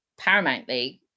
paramountly